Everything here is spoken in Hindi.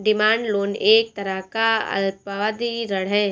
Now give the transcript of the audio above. डिमांड लोन एक तरह का अल्पावधि ऋण है